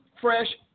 fresh